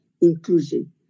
inclusion